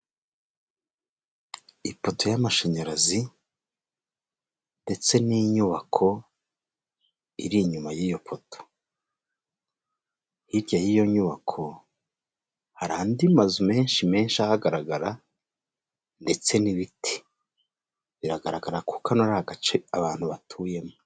Ipoto y'amashanyarazi ndetse n'inyubako iri inyuma y'iyo poto, hirya y'iyo nyubako hari andi mazu menshi menshi ahagaragara ndetse n'ibiti, biragaragara ko kano ari agace abantu batuyemo.